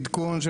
או עדכון,